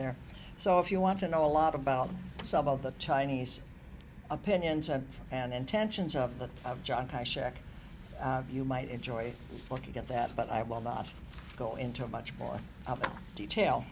there so if you want to know a lot about some of the chinese opinions and intentions of that of john kai shek you might enjoy looking at that but i will not go into much more detail